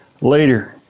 Later